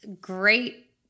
great